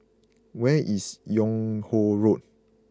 where is Yung Ho Road